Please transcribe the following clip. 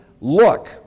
Look